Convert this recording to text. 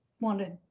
wanted